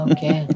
Okay